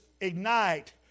ignite